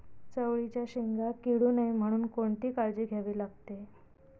चवळीच्या शेंगा किडू नये म्हणून कोणती काळजी घ्यावी लागते?